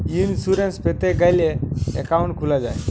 insurance পেতে গ্যালে account খুলা যায়